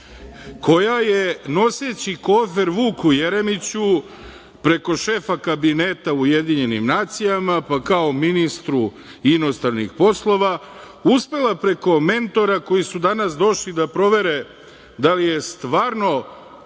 koja je noseći kofer Vuku Jeremiću, preko šefa kabineta u UN, pa kao ministru inostranih poslova uspela preko mentora, koji su danas došli da provere da li je stvarno